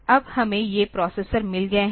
अब हमें ये प्रोसेसर मिल गए हैं